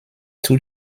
two